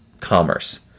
commerce